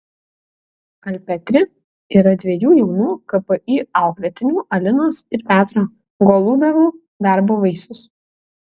alpetri yra dviejų jaunų kpi auklėtinių alinos ir petro golubevų darbo vaisius